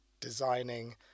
designing